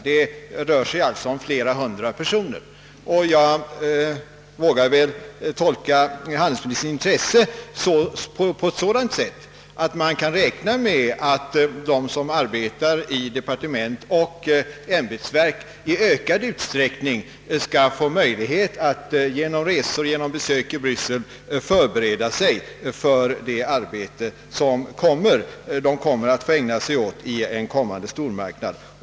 Det rör sig om flera hundra personer, och jag vågar tolka handelsministerns uttalande så att man kan räkna med att de som arbetar i departement och ämbetsverk i ökad utsträckning skall få möjlighet att genom resor, genom besök i Bryssel, förbereda sig för det arbete de skall ägna sig åt i en blivande stormarknad.